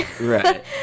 Right